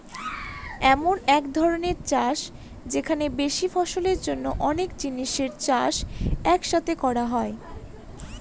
এমন এক ধরনের চাষ যেখানে বেশি ফলনের জন্য অনেক জিনিসের চাষ এক সাথে করা হয়